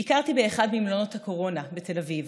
ביקרתי באחד ממלונות הקורונה בתל אביב